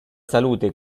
salute